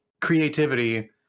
creativity